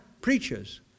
preachers